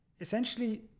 essentially